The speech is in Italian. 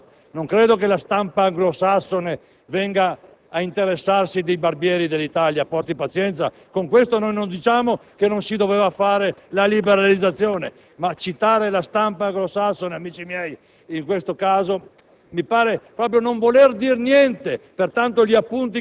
che sostenga che discutere di barbieri sia poca cosa. Non credo che la stampa anglosassone si venga ad interessare dei barbieri italiani, porti pazienza. *(Applausi dal Gruppo LNP)*. Con questo non diciamo che non si doveva fare la liberalizzazione, ma citare la stampa anglosassone, amici miei, in questo caso